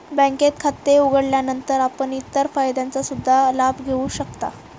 बँकेत खाते उघडल्यानंतर आपण इतर फायद्यांचा सुद्धा लाभ घेऊ शकता